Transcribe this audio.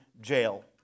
jail